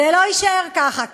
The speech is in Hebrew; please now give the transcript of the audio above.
זה לא יישאר ככה.